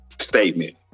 statement